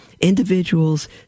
individuals